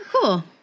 Cool